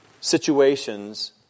situations